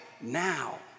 now